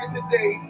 today